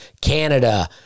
Canada